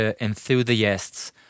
enthusiasts